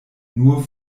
nur